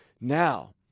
Now